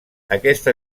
aquesta